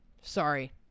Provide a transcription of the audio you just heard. Sorry